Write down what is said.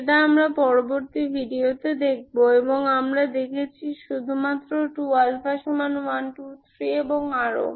সেটা আমি পরবর্তী ভিডিওতে দেখব এবং আমরা দেখেছি শুধুমাত্র 2α1 2 3 এবং আরও